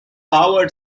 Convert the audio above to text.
howard